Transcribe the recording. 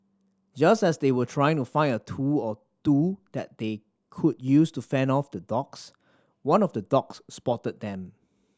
just as they were trying to find a tool or two that they could use to fend off the dogs one of the dogs spotted them